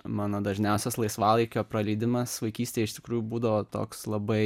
mano dažniausias laisvalaikio praleidimas vaikystėje iš tikrųjų būdavo toks labai